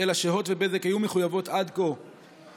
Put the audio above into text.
אלא שהוט ובזק היו מחויבות עד כה לפרוס